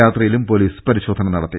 രാത്രി യിലും പൊലീസ് പരിശോധന നടത്തി